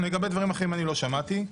לגבי דברים אחרים, אני לא שמעתי.